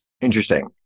Interesting